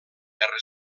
guerra